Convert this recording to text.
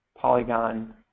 polygon